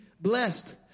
blessed